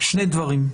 שני דברים: